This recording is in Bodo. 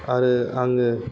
आरो आङो